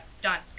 done